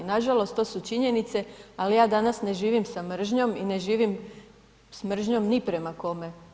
Nažalost to su činjenice, ali ja danas ne živim sa mržnjom i ne živim s mržnjom ni prema kome.